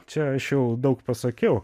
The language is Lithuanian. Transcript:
čia aš jau daug pasakiau